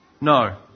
No